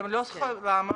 למה?